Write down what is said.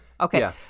Okay